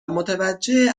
متوجه